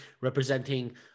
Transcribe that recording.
representing